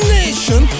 nation